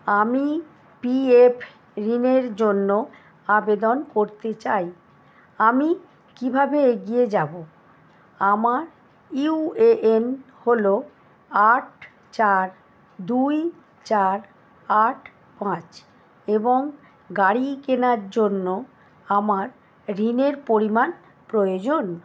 আমি P F ঋণের জন্য আবেদন করতে চাই আমি কীভাবে এগিয়ে যাব আমার ইউ এ এন হলো আট চার দুই চার আট পাঁচ এবং গাড়ি কেনার জন্য আমার ঋণের পরিমাণ প্রয়োজন